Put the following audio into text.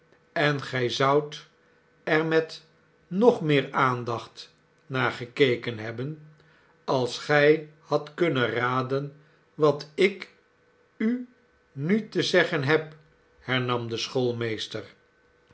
en gij zoudt er met nog meer aandacht naar gekeken hebben als gij hadt kunnen raden wat ik u nu te zeggen heb hernam de